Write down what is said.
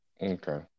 Okay